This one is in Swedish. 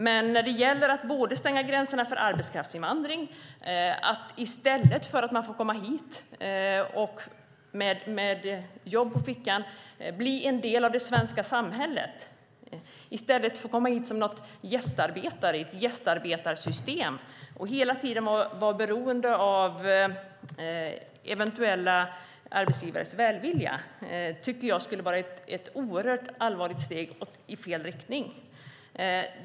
Men när det gäller att stänga gränserna för arbetskraftsinvandring - att i stället för att få komma hit med jobb på fickan och bli en del av det svenska samhället få komma hit som gästarbetare i ett gästarbetarsystem och hela tiden vara beroende av eventuella arbetsgivares välvilja - tycker jag att det skulle vara ett oerhört allvarligt steg i fel riktning.